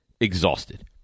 exhausted